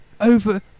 over